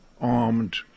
armed